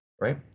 Right